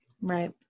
Right